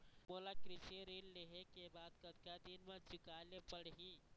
मोला कृषि ऋण लेहे के बाद कतका दिन मा चुकाए ले पड़ही?